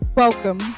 Welcome